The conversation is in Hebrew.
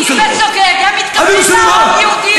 הם לא הורגים בשוגג, הם מתכוונים להרוג יהודים.